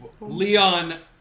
Leon